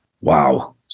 Wow